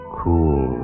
cool